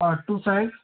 और two side